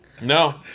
No